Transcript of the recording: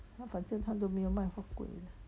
他好像摊都没有卖 huat kueh 的